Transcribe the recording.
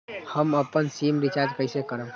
हम अपन SIM recharge कइसे करम?